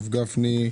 הרב גפני,